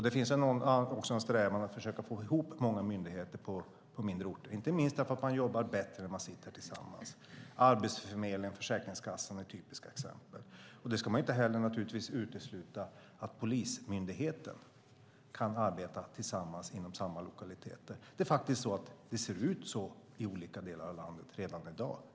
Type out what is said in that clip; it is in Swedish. Det finns en strävan att försöka få ihop många myndigheter på mindre orter. Det är inte minst för att man jobbar bättre när man sitter tillsammans. Arbetsförmedlingen och Försäkringskassan är typiska exempel. Man ska heller inte utesluta att polismyndigheten kan arbeta tillsammans inom samma lokalitet. Det ser ut så i olika delar av landet redan i dag.